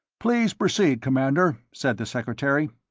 please proceed, commander, said the secretary.